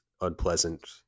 unpleasant